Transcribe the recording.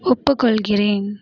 ஒப்புக்கொள்கிறேன்